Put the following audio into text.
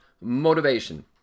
motivation